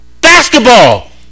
Basketball